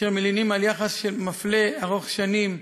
אשר מלינים על יחס מפלה ארוך שנים.